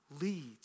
leads